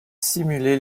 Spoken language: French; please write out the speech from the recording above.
simuler